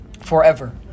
Forever